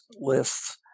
lists